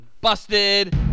busted